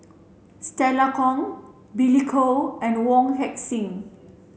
Stella Kon Billy Koh and Wong Heck Sing